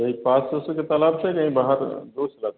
यहीं पास उसी के तालाब से कहीं बाहर दूर से लाते हैं